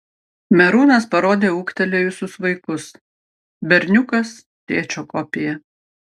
merūnas parodė ūgtelėjusius vaikus berniukas tėčio kopija